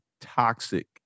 toxic